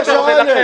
9 (א).